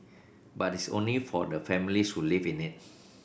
but it's only for the families who live in it